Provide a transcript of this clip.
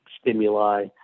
stimuli